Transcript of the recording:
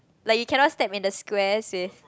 like you cannot step in the squares if